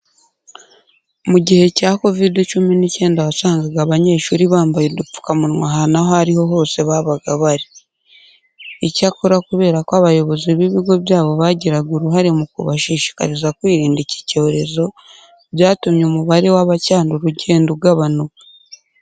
Mu gihe cya Covid cumi n'icyenda wasangaga abanyeshuri bambaye udupfukamunwa ahantu aho ari ho hose babaga bari. Icyakora kubera ko abayobozi b'ibigo byabo bagiraga uruhare mu kubashishikariza kwirinda iki cyorezo, byatumye umubare wabacyandura ugenda ugabanuka.